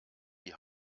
die